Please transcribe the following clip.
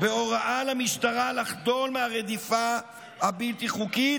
בהוראה למשטרה לחדול מהרדיפה הבלתי-חוקית,